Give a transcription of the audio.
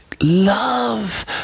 love